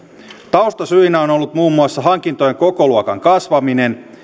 taustasyinä on ollut muun muassa hankintojen kokoluokan kasvaminen